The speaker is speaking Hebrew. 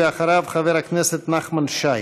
אחריו, חבר הכנסת נחמן שי.